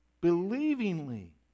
believingly